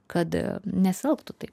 kad nesielgtų taip